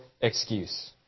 excuse